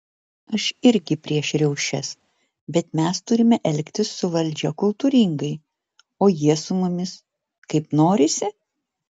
aš irgi prieš riaušės bet mes turime elgtis su valdžia kultūringai o jie su mumis kaip norisi